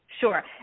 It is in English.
Sure